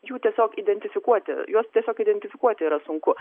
jų tiesiog identifikuoti juos tiesiog identifikuoti yra sunku